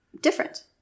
different